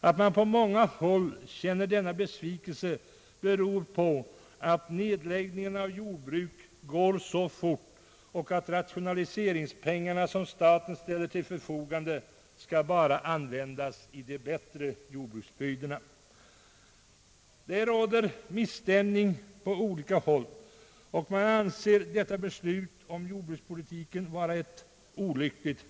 Att man på många håll känner denna besvikelse beror på att nedläggningen av jordbruk går så fort och att de rationaliseringspengar, som staten ställer till förfogande, bara skall användas i de bättre jordbruksbygderna. Det råder misstämning på olika håll, och man anser detta beslut om jordbrukspolitiken vara olyckligt.